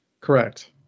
correct